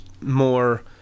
More